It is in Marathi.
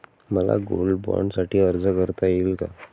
मला गोल्ड बाँडसाठी अर्ज करता येईल का?